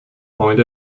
point